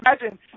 imagine